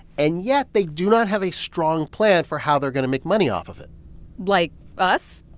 and yet they do not have a strong plan for how they're going to make money off of it like us?